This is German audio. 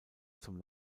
zum